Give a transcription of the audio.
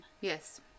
Yes